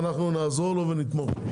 ונעזור לו ונתמוך בו.